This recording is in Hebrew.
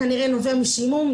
כנראה נובע משעמום,